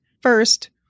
First